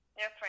Yes